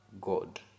god